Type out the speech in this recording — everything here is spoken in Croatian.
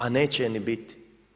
A neće je ni biti.